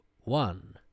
one